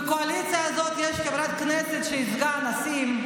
בקואליציה הזאת יש חברת כנסת שייצגה אנסים.